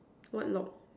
what log